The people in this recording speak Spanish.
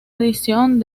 edición